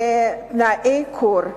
ואדים או בתנאי קור וכו'.